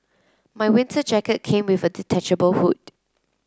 my winter jacket came with a detachable hood